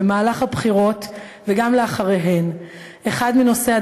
במהלך הבחירות וגם לאחריהן אחד מנושאי